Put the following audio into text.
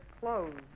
closed